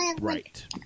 Right